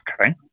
okay